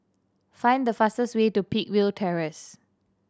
find the fastest way to Peakville Terrace